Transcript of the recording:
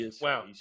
Wow